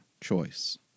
choice